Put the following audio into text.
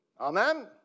Amen